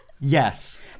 Yes